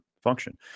function